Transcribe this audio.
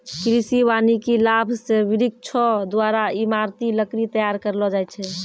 कृषि वानिकी लाभ से वृक्षो द्वारा ईमारती लकड़ी तैयार करलो जाय छै